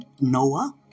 Noah